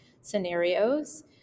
scenarios